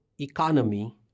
economy